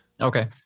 Okay